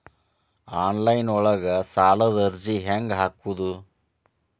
Online ಒಳಗ ಸಾಲದ ಅರ್ಜಿ ಹೆಂಗ್ ಹಾಕುವುದು?